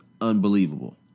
unbelievable